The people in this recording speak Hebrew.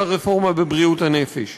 של הרפורמה בבריאות הנפש.